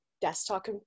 desktop